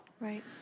Right